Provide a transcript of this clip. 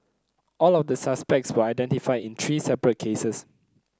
all of the suspects were identified in three separate cases